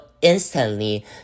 instantly